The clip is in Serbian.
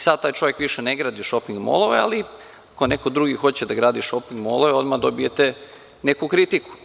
Sada taj čovek više ne gradi šoping-molove, ali ako neko drugi hoće da gradi šoping-molove odmah dobijete neku kritiku.